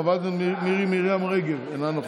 חברת הכנסת מירי מרים רגב, אינה נוכחת,